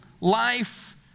Life